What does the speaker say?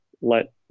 let